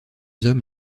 homme